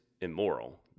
immoral